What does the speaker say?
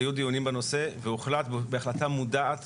היו דיונים בנושא והוחלט בהחלטה מודעת